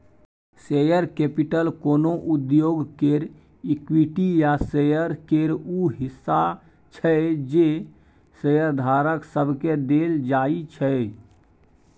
share capital कोनो उद्योग केर इक्विटी या शेयर केर ऊ हिस्सा छै जे शेयरधारक सबके देल जाइ छै